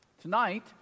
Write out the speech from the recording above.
Tonight